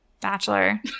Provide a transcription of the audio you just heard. Bachelor